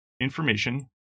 information